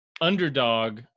underdog